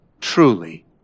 truly